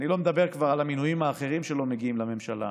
אני לא מדבר כבר על המינויים האחרים שלא מגיעים לממשלה.